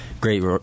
Great